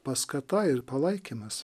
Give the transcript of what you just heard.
paskata ir palaikymas